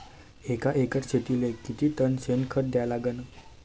एका एकर शेतीले किती टन शेन खत द्या लागन?